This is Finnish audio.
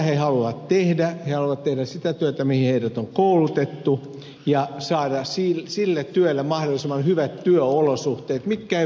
he haluavat tehdä sitä työtä mihin heidät on koulutettu ja saada sille työlle mahdollisimman hyvät työolosuhteet mitkä eivät toteudu